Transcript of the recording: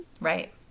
right